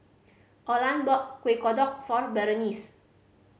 Orland brought Kuih Kodok for Berenice